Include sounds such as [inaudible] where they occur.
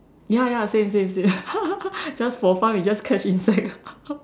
ya ya same same same [laughs] just for fun we just catch insect [laughs]